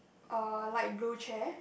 uh light blue chair